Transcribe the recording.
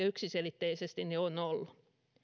yksiselitteisesti on ollut